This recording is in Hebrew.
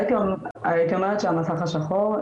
הייתי אומרת שהמסך השחור.